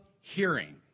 hearing